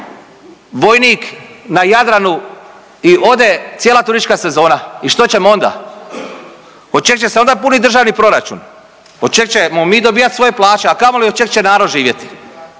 vojnik na Jadranu i ode cijela turistička sezona i što ćemo onda? O čeg će se onda punit državni proračun? Od čeg ćemo mi dobijat svoje plaće, a kamoli od čeg će narod živjeti.